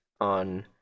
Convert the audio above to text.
on